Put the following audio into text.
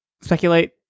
speculate